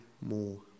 more